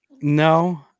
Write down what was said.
no